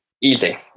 Easy